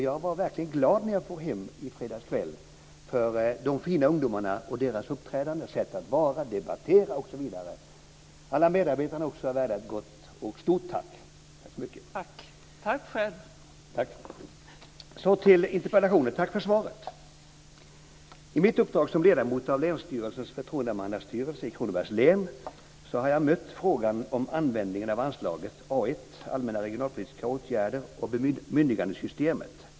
Jag var verkligen glad när jag for hem i fredags kväll för de fina ungdomarna och deras uppträdande, sätt att vara, debattera osv. Alla medarbetare är också värda ett gott och stort tack. Tack så mycket! Så till interpellationen. Tack för svaret. I mitt uppdrag som ledamot av länsstyrelsens förtroendemannastyrelse i Kronobergs län har jag mött frågan om användningen av anslaget A 1, Allmänna regionalpolitiska åtgärder och bemyndigandesystemet.